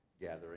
gathering